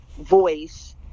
voice